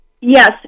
yes